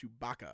Chewbacca